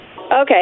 Okay